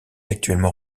actuellement